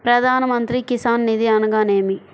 ప్రధాన మంత్రి కిసాన్ నిధి అనగా నేమి?